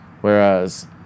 Whereas